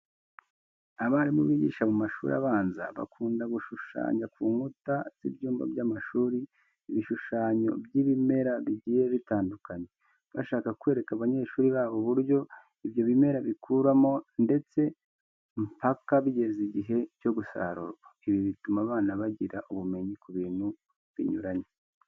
Abarimu bigisha mu mashuri abanza bakunda gushushanya ku nkuta z'ibyumba by'amashuri ibishushanyo by'ibimera bigiye bitandukanye, bashaka kwereka abanyeshuri babo uburyo ibyo bimera bikuramo ndetse mpaka bigeze igihe cyo gusarurwa. Ibi bituma abana bagira ubumenyi ku bintu binyuranye.